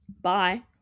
bye